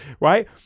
right